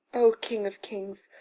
o king of kings,